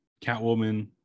Catwoman